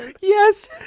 Yes